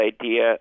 idea